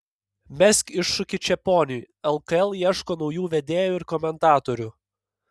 mesk iššūkį čeponiui lkl ieško naujų vedėjų ir komentatorių